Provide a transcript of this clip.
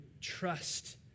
trust